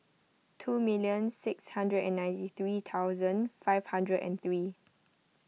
two million six hundred and ninety three thousand five hundred and three